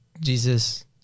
Jesus